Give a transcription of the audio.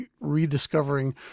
rediscovering